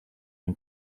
ein